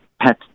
pet